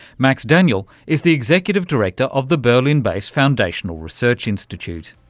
max daniel is the executive director of the berlin-based foundational research institute.